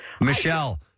Michelle